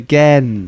Again